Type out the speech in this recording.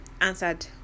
answered